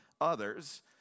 others